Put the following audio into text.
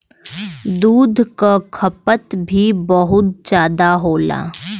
दूध क खपत भी बहुत जादा होला